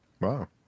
Wow